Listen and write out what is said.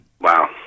Wow